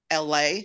LA